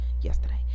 yesterday